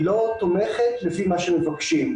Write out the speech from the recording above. היא לא תומכת לפי מה שמבקשים.